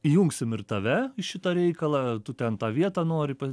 įjungsim ir tave į šitą reikalą tu ten tą vietą nori pa